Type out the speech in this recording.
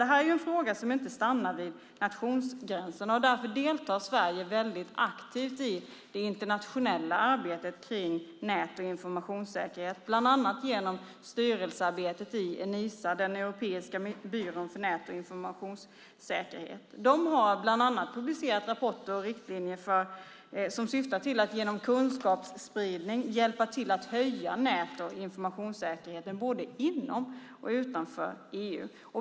Denna fråga stannar inte vid nationsgränserna, och därför deltar Sverige aktivt i det internationella arbetet för nät och informationssäkerhet. Bland annat sker detta genom styrelsearbetet i den europeiska byrån för nät och informationssäkerhet, Enisa. Man har bland annat publicerat rapporter och riktlinjer som syftar till att genom kunskapsspridning hjälpa till att höja nät och informationssäkerheten både inom och utanför EU.